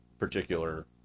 particular